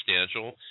substantial